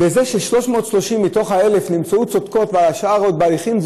זה ש-330 מה-1,000 נמצאו צודקות והשאר עוד בהליכים.